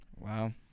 Wow